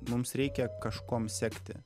mums reikia kažkuom sekti